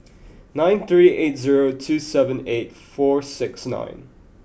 nine three eight zerp two seven eight four six nine